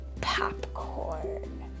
popcorn